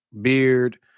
beard